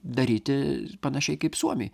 daryti panašiai kaip suomiai